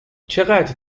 چقدر